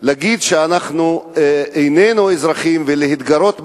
להגיד שאנחנו איננו אזרחים ולהתגרות באנשים,